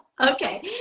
Okay